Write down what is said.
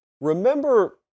Remember